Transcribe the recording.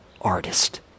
artist